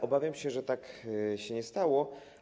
Obawiam się, że tak się nie stało.